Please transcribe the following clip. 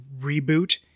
reboot